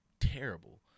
terrible